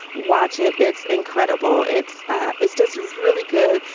watch it. it's incredible. it's ah it's just really good.